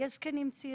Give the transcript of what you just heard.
נוגעת לצרכים פרטניים